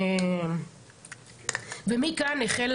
ומכאן החלה